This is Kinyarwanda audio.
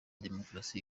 demokarasi